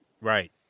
Right